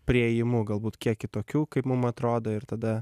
priėjimu galbūt kiek kitokiu kaip mum atrodo ir tada